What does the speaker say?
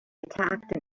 attacked